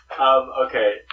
Okay